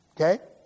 Okay